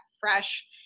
fresh